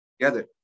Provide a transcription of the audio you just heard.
together